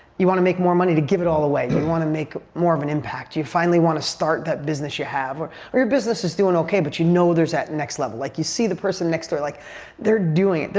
you want to make more money to give it all away. you and want to make more of an impact. you finally want to start that business you have or or your business is doing okay but you know there's that next level. like, you see the person next door. like they're doing it.